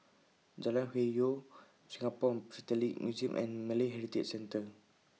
Jalan Hwi Yoh Singapore Philatelic Museum and Malay Heritage Center